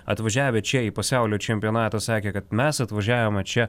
atvažiavę čia į pasaulio čempionatą sakė kad mes atvažiavome čia